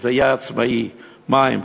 שזה יהיה עצמאי: מים,